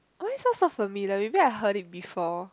why it sound so familiar maybe I heard it before